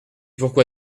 pourquoi